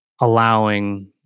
allowing